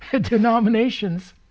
denominations